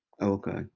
okay